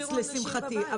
נגמר לשמחתי.